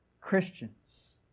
Christians